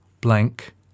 blank